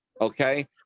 okay